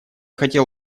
хотел